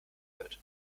wird